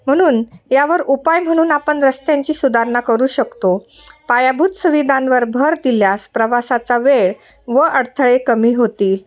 म्हणून यावर उपाय म्हनून आपन रस्त्यांची सुधारणा करू शकतो पायाभूत सुविधांवर भर दिल्यास प्रवासाचा वेळ व अडथळे कमी होती